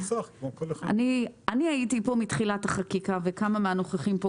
אני הייתי כאן מתחילת החקיקה וגם כמה מהנוכחים.